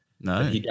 No